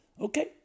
Okay